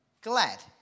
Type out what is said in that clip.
glad